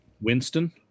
Winston